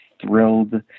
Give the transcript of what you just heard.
thrilled